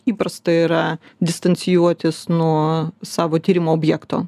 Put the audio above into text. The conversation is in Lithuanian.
įprastai yra distancijuotis nuo savo tyrimų objekto